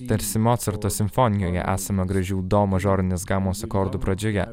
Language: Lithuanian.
tarsi mocarto simfonijoje esama gražių do mažorinės gamos akordų pradžioje